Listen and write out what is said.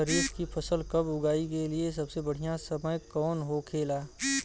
खरीफ की फसल कब उगाई के लिए सबसे बढ़ियां समय कौन हो खेला?